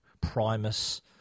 Primus